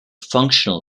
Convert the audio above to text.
functional